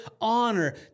honor